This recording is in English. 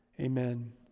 amen